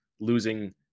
losing